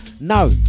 no